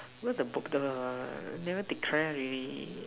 where the book the never declare leh